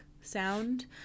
sound